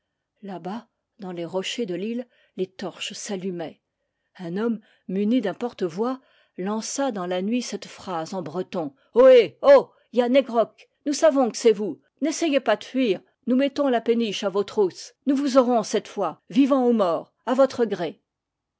là-bas dans les rochers de l'île des torches s'allumaient un homme muni d'un portevoix lança dans la nuit cette phrase en breton ohé oh yann he grok nous savons que c'est vous n'essayez pas de fuir nous mettons la péniche à vos trousses nous vous aurons cette fois vivant ou mort a votre gré